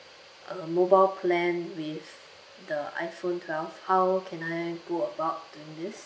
uh mobile plan with the iphone twelve how can I go about doing this